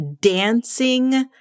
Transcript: Dancing